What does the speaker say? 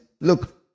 Look